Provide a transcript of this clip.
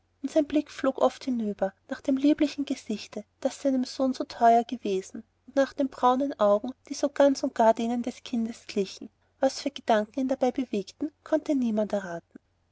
sein blick flog oft hinüber nach dem lieblichen gesichte das seinem sohne so teuer gewesen und nach den braunen augen die so ganz und gar denen des kindes glichen was für gedanken ihn dabei bewegten konnte niemand erraten